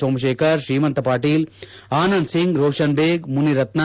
Somashekar Shrimant Patil Anand Singh Roshan Baig Munirathna